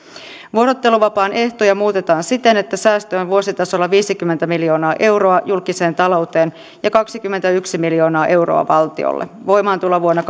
vuorotteluvapaan ehtoja muutetaan siten että säästöä on vuositasolla viisikymmentä miljoonaa euroa julkiseen talouteen ja kaksikymmentäyksi miljoonaa euroa valtiolle voimaantulovuonna